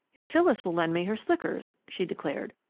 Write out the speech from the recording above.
if phyllis will lend me her slickers, she declared.